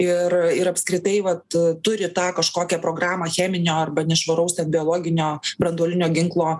ir ir apskritai vat turi tą kažkokią programą cheminio arba nešvaraus biologinio branduolinio ginklo